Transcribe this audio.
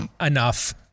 Enough